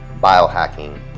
biohacking